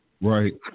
Right